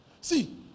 See